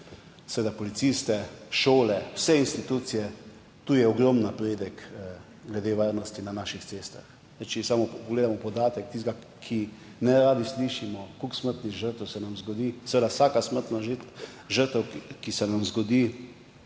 seveda policiste, šole, vse institucije, tu je ogromen napredek glede varnosti na naših cestah. Če samo pogledamo podatek, tistega, ki ga neradi slišimo, koliko smrtnih žrtev se nam zgodi, vsaka smrtna žrtev, ki se nam zgodi